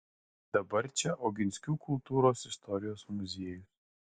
dabar čia oginskių kultūros istorijos muziejus